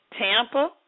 Tampa